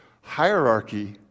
hierarchy